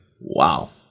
Wow